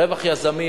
רווח יזמי